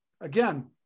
again